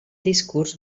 discurs